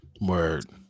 Word